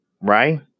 right